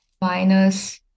minus